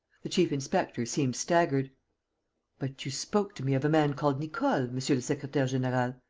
the chief-inspector seemed staggered but you spoke to me of a man called nicole, monsieur le secretaire-general.